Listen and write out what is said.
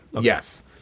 Yes